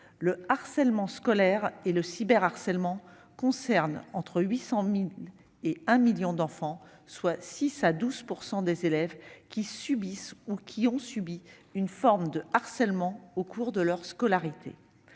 Le harcèlement scolaire et le cyberharcèlement concernent entre 800 000 et 1 million d'enfants ; autrement dit, entre 6 % et 12 % des élèves subissent ou ont subi une forme de harcèlement au cours de leur scolarité.